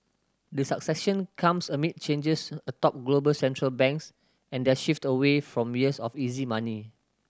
the succession comes amid changes atop global Central Banks and their shift away from years of easy money